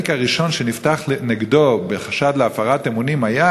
התיק הראשון שנפתח נגדו בחשד להפרת אמונים היה